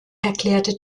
erklärte